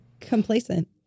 complacent